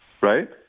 Right